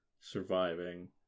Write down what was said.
surviving